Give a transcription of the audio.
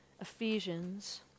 Ephesians